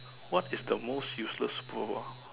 what is the most useless power